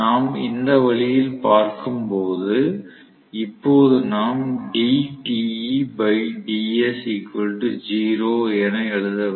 நாம் இந்த வழியில் பார்க்கும்போது இப்போது நாம் என எழுத வேண்டும்